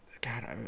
God